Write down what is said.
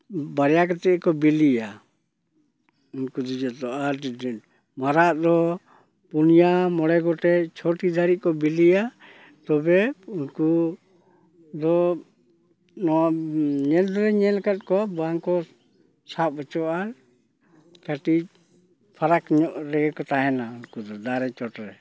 ᱵᱟᱨᱭᱟ ᱠᱟᱛᱮᱫ ᱜᱮᱠᱚ ᱵᱤᱞᱤᱭᱟ ᱩᱱᱠᱩ ᱟᱨ ᱢᱟᱨᱟᱜ ᱫᱚ ᱯᱩᱱᱭᱟᱹ ᱢᱚᱬᱮ ᱜᱚᱴᱮᱱ ᱪᱷᱚᱴᱤ ᱫᱷᱟᱹᱨᱤᱡ ᱠᱚ ᱵᱤᱞᱤᱭᱟ ᱛᱚᱵᱮ ᱩᱱᱠᱩ ᱫᱚ ᱱᱚᱣᱟ ᱧᱮᱞ ᱫᱚᱞᱮ ᱧᱮᱞ ᱟᱠᱟᱫ ᱠᱚᱣᱟ ᱵᱟᱝ ᱠᱚ ᱥᱟᱵ ᱦᱚᱪᱚᱣᱟᱜᱼᱟ ᱠᱟᱹᱴᱤᱡ ᱯᱷᱟᱨᱟᱠ ᱧᱚᱜ ᱨᱮᱜᱮ ᱠᱚ ᱛᱟᱦᱮᱱᱟ ᱩᱱᱠᱩ ᱫᱚ ᱫᱟᱨᱮ ᱪᱚᱴᱨᱮ